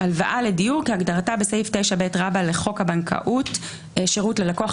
"הלוואה לדיור" כהגדרתה בסעיף 9ב לחוק הבנקאות (שירות ללקוח),